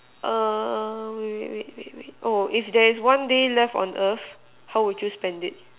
err wait wait wait wait oh if there is one day left on earth how would you spend it